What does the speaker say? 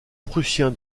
prussien